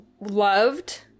loved